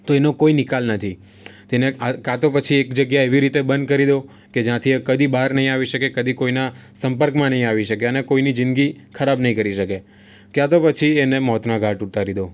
તો એનો કોઈ નીકાલ નથી તેને કાં તો પછી એક જગ્યાએ એવી રીતે બંદ કરી દો કે જ્યાંથી એ કદી બહાર નહીં આવી શકે કદી કોઈના સંપર્કમાં નહીં આવી શકે અને કોઇની જિંદગી ખરાબ નહીં કરી શકે ક્યાં તો પછી એને મોતના ઘાટ ઉતારી દો